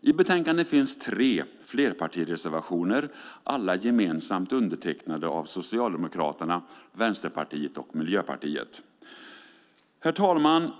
I betänkandet finns det tre flerpartireservationer - alla gemensamt undertecknade av Socialdemokraterna, Vänsterpartiet och Miljöpartiet. Herr talman!